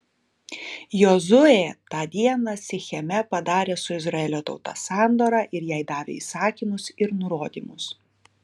jozuė tą dieną sicheme padarė su izraelio tauta sandorą ir jai davė įsakymus ir nurodymus